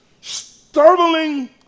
startling